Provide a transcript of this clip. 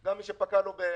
גם מי שפקע לו באפריל.